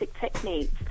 techniques